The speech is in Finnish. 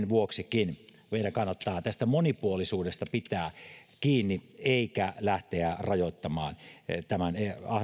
vuoksi meidän kannattaa tästä monipuolisuudesta pitää kiinni eikä lähteä rajoittamaan tämän